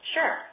Sure